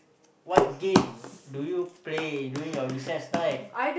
what game do you play during your recess time